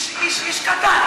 הוא לא יכול לעמוד בפנים.